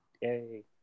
Yay